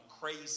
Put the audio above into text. crazy